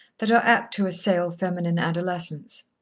that are apt to assail feminine adolescence.